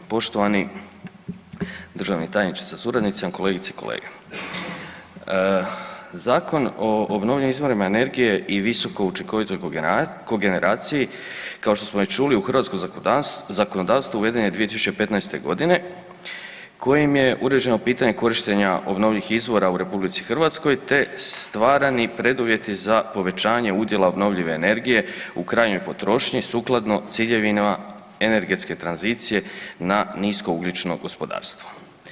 Poštovani državni tajniče sa suradnicima, kolegice i kolege, Zakon o obnovljivim izvorima energije i visoko učinkovitoj kogeneraciji kao što smo već čuli u hrvatsko zakonodavstvo uveden je 2015. godine kojim je uređeno pitanje korištenja obnovljivih izvora u RH te stvarani preduvjeti za povećanje udjela obnovljive energije u krajnjoj potrošnji sukladno ciljevima energetske tranzicije na niskougljično gospodarstvo.